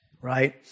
right